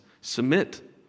submit